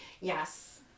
Yes